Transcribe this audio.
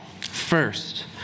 First